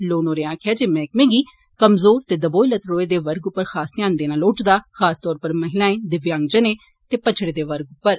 loan होरें आक्खेआ जे मैहकर्मे गी कमजोर ते दबोए लतड़ोए दे वर्गें उप्पर खास ध्यान देना लोड़चदा खास तौर उप्पर महिला दिव्यांगजन ते पच्छड़े दे वर्गें उप्पर